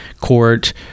Court